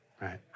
Right